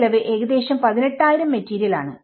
അതിന്റെ ചിലവ് ഏകദേശം പതിനെട്ടായിരം മെറ്റീരിയലാണ്